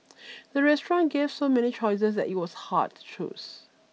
the restaurant gave so many choices that it was hard to choose